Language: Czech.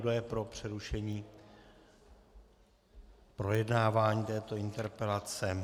Kdo je pro přerušení projednávání této interpelace.